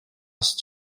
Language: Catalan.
als